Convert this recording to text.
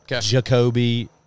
Jacoby